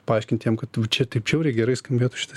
paaiškinti jam kad tu čia taip žiauriai gerai skambėtų šitas